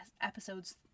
episodes